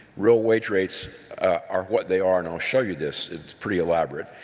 real wage rates are what they are and i'll show you this, it's pretty elaborate.